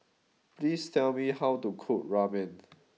please tell me how to cook Ramen